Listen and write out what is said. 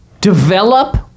develop